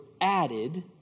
added